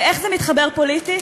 ואיך זה מתחבר פוליטית?